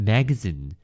Magazine